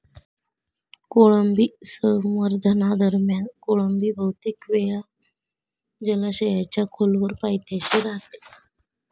कोळंबी संवर्धनादरम्यान कोळंबी बहुतेक वेळ जलाशयाच्या खोलवर पायथ्याशी राहते